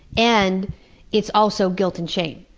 and it's also guilt and shame.